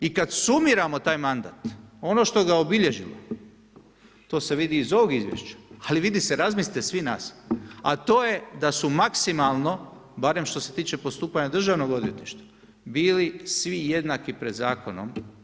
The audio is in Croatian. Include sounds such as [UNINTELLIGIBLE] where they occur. I kad sumiramo taj mandat, ono što ga je obilježilo, to se vidi iz ovog Izvješća, ali vidi se ... [UNINTELLIGIBLE] svih nas, a to je da su maksimalno, barem što se tiče postupanja državnog odvjetništva, bili svi jednaki pred zakonom.